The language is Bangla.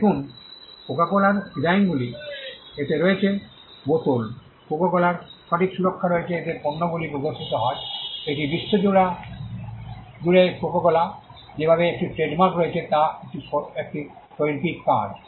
দেখুন কোকো কোলার ডিসাইনগুলি এতে রয়েছে বোতল কোকো কোলার সঠিক সুরক্ষা রয়েছে এতে পণ্যগুলি প্রদর্শিত হয় এটি বিশ্বজুড়ে কোকো কোলা যেভাবে একটি ট্রেডমার্ক রয়েছে তা একটি শৈল্পিক কাজ